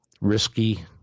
risky